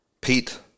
Pete